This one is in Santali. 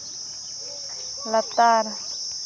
ᱞᱟᱛᱟᱨ